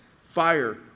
fire